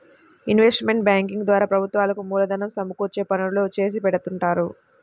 investment banking ద్వారా ప్రభుత్వాలకు మూలధనం సమకూర్చే పనులు చేసిపెడుతుంటారు